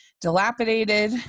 dilapidated